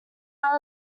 part